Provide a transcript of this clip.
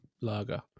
lager